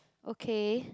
okay